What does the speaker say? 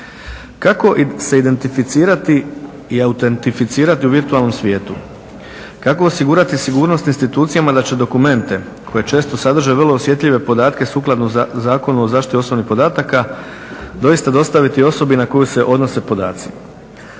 Kako se identificirati i autentificirati u virtualnom svijetu? Kako osigurati sigurnost institucijama da će dokumente koji često sadrže vrlo osjetljive podatke sukladno Zakonu o zaštiti osobnih podataka doista dostaviti osobi na koju se odnose podaci?